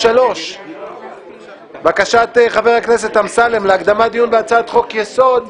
שגם סעיף 3: בקשת חבר הכנסת אמסלם להקדמת דיון בהצעת חוק יסוד,